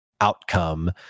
outcome